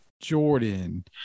Jordan